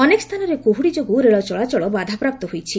ଅନେକ ସ୍ଥାନରେ କୁହୁଡ଼ି ଯୋଗୁଁ ରେଳ ଚଳାଚଳ ବାଧାପ୍ରାପ୍ତ ହୋଇଛି